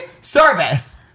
service